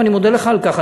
ואני מודה לך על כך.